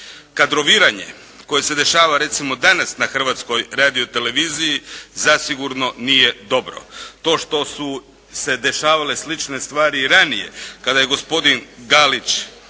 Kadroviranje koje se dešava recimo danas na Hrvatskoj radioteleviziji zasigurno nije dobro. To što su se dešavale slične stvari i ranije kada je gospodin Dalić